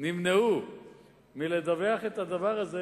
נמנעו מלדווח על זה,